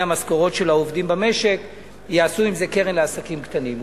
המשכורות של העובדים במשק יעשו קרן לעסקים קטנים.